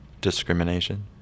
discrimination